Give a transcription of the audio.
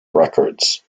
records